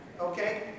Okay